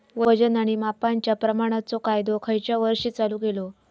वजन आणि मापांच्या प्रमाणाचो कायदो खयच्या वर्षी चालू केलो?